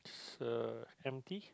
uh empty